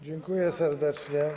Dziękuję serdecznie.